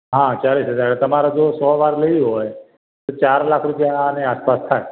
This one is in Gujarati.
હા ચાળીસ હજાર તમારે જો સો વાર લેવી હોય તો ચાર લાખ રૂપિયાની આસપાસ થાય